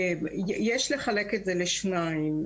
יש לחלק את זה לשניים.